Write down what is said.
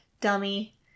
dummy